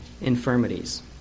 infirmities